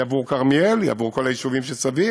היא עבור כרמיאל, היא עבור כל היישובים שסביב,